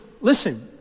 listen